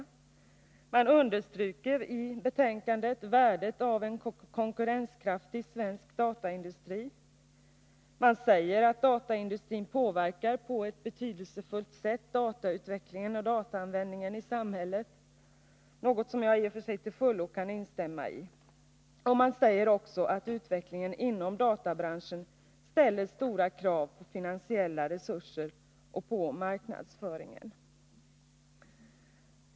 Utskottet understryker i betänkandet värdet av en konkurrenskraftig svensk dataindustri. Man säger att dataindustrin på ett betydelsefullt sätt påverkar datautvecklingen och dataanvändningen i samhället, något som jag i och för sig till fullo kan instämma i. Man säger också att utvecklingen inom databranschen ställer stora krav på finansiella resurser och på marknadsföringen.